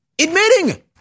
admitting